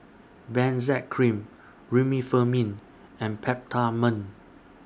Benzac Cream Remifemin and Peptamen